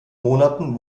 monaten